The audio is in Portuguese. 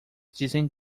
dizem